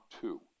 two